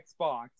Xbox